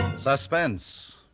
Suspense